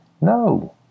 No